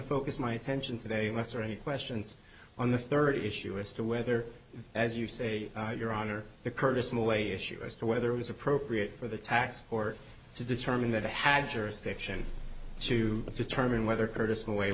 focus my attention today lester any questions on the third issue as to whether as you say your honor the courtesan away issue as to whether it was appropriate for the tax or to determine that i had jurisdiction to determine whether curtis in a way